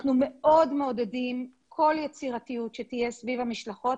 אנחנו מאוד מעודדים כל יצירתיות שתהיה סביב המשלחות